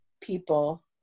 people